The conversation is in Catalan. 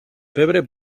pebre